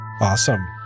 awesome